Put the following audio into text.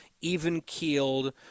even-keeled